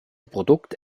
produkt